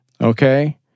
Okay